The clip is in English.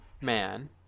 Man